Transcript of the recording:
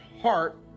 heart